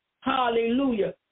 Hallelujah